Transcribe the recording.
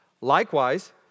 Likewise